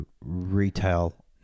retail